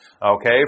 okay